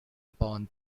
upon